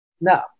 no